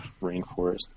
rainforest